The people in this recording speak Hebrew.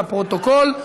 לפרוטוקול,